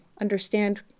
understand